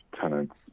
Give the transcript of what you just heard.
tenants